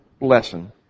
lesson